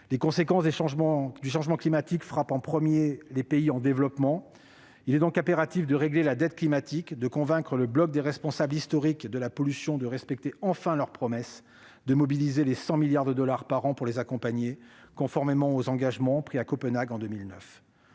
Les conséquences du changement climatique frappent en premier les pays en développement. Il est donc impératif de régler la dette climatique, de convaincre le bloc des responsables historiques de la pollution de respecter enfin leur promesse de mobiliser 100 milliards de dollars par an pour les accompagner, conformément aux engagements pris à Copenhague en 2009.